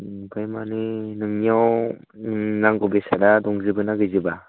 ओमफ्राय माने नोंनियाव उम नांगौ बेसादा दंजोबो ना गैजोबा